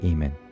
Amen